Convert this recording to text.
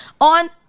on